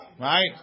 right